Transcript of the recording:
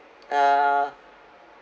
uh